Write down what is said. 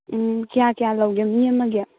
ꯎꯝ ꯀꯌꯥ ꯀꯌꯥ ꯂꯧꯒꯦ ꯃꯤ ꯑꯃꯒꯤ